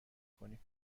کنیم